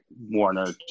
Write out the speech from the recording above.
Warner